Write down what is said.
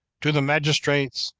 to the magistrates,